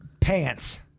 Pants